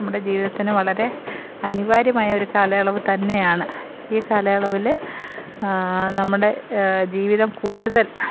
നമ്മുടെ ജീവിതത്തിന് വളരെ അനിവാര്യമായ ഒരു കാലയളവ് തന്നെയാണ് ഈ കാലയളവിൽ നമ്മുടെ ജീവിതം കൂടുതല്